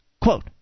Quote